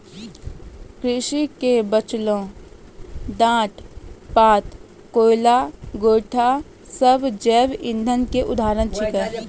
कृषि के बचलो डांट पात, कोयला, गोयठा सब जैव इंधन के उदाहरण छेकै